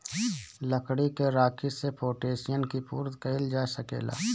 लकड़ी के राखी से पोटैशियम के पूर्ति कइल जा सकेला